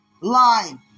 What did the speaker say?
line